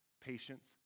patience